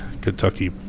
Kentucky